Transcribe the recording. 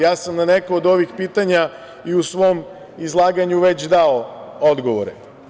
Ja sam na neka od ovih pitanja i u svom izlaganju već dao odgovore.